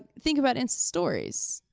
think about insta stories.